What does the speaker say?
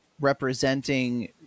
representing